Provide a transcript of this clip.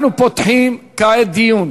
אנחנו פותחים כעת דיון